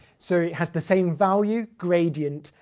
so it has the same value, gradient,